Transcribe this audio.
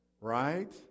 right